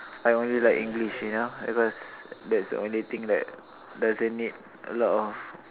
I only like English you know because that's the only thing that doesn't need a lot of